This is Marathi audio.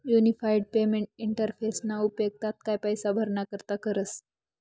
युनिफाईड पेमेंट इंटरफेसना उपेग तात्काय पैसा भराणा करता करतस